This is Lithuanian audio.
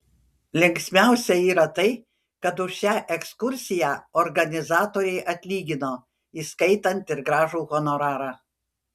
linksmiausia yra tai kad už šią ekskursiją organizatoriai atlygino įskaitant ir gražų honorarą